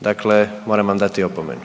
Dakle, moram vam dati opomenu.